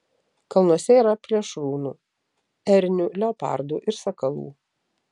kalnuose yra plėšrūnų ernių leopardų ir sakalų